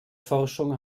forschung